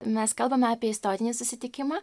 mes kalbame apie istorinį susitikimą